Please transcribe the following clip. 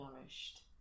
nourished